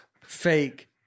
fake